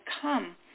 come